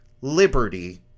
liberty